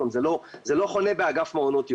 עוד פעם, זה לא חונה באגף מעונות יום.